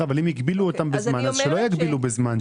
אבל אם הגבילו אותם בזמן, אז שלא יגבילו בזמן.